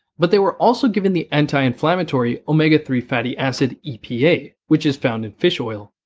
but they were also given the anti inflammatory omega three fatty acid epa which is found in fish oil,